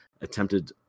attempted